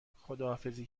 خداحافظی